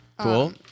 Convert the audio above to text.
Cool